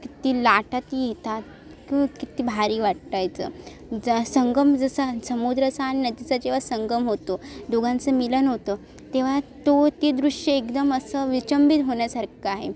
किती लाटा ती येतात क किती भारी वाटायचं जा संगम जसा समुद्राचा आणि नदीचा जेव्हा संगम होतो दोघांचं मिलन होतं तेव्हा तो ते दृष्य एकदम असं विचंबित होण्यासारखं आहे